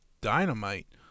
Dynamite